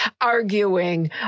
arguing